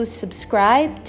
subscribe